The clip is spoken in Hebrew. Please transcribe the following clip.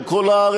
על כל הארץ,